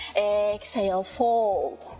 exhale, fold